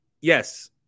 yes